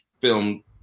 film